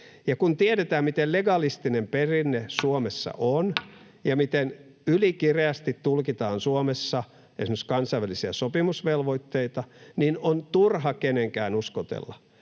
kun tiedetään, miten legalistinen perinne Suomessa on ja miten ylikireästi tulkitaan Suomessa esimerkiksi kansainvälisiä sopimusvelvoitteita, niin on turha kenenkään uskotella,